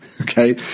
Okay